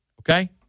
okay